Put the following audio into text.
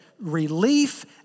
relief